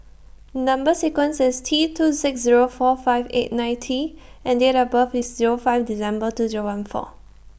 Number sequence IS T two six Zero four five eight nine T and Date of birth IS Zero five December two Zero one four